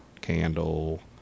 candle